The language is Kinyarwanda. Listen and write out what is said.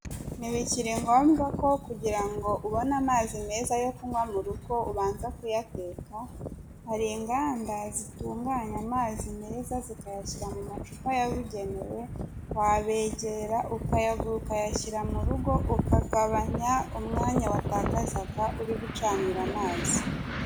Ntibikiri ngombwa ko kugira ngo ubone amazi meza yo kunywa mu rugo ubanza kuyateka,. hari inganda zitunganya amazi meza zikayashyira mu macupa yabugenewe, wabegera ukayagura ukayashyira mu rugo ukagabanya umwanya watakazaga uri gucanira amazi.